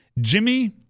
Jimmy